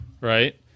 right